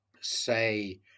say